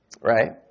right